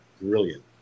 brilliant